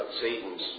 Satan's